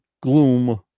gloom